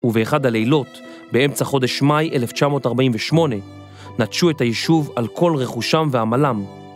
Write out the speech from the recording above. ובאחד הלילות, באמצע חודש מאי 1948, נטשו את היישוב על כל רכושם ועמלם.